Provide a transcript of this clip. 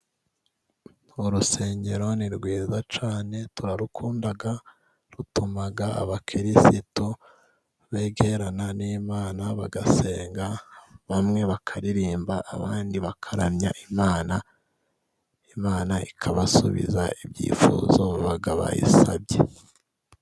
Urusengero ni rwiza cyane turarukunda, rutuma abakirisitu begerana n'Imana, bagasenga, bamwe bakaririmba, abandi bakaramya Imana. Imana ikabasubiza ibyifuzo baba bayisabye.